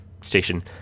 station